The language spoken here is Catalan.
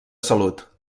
salut